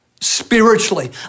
spiritually